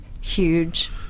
huge